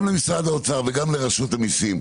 גם למשרד האוצר וגם לרשות המיסים,